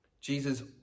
Jesus